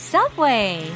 Subway